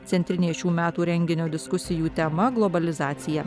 centrinė šių metų renginio diskusijų tema globalizacija